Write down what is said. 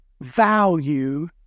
value